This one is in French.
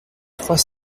trois